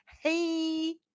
hey